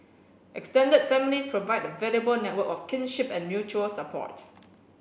extended families provide a valuable network of kinship and mutual support